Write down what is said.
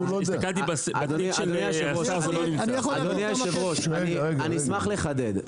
אני אשמח לחדד.